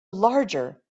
larger